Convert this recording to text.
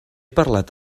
parlat